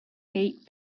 eight